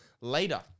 later